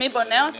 מי בונה אותם?